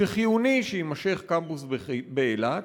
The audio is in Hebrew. שחיוני שיימשך קיומו של קמפוס באילת,